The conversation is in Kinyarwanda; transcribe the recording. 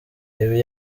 ibi